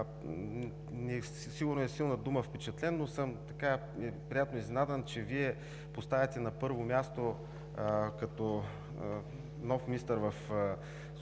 Сигурно е силна думата „впечатлен“, но съм приятно изненадан, че Вие поставяте на първо място като нов министър в социалната